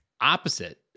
opposite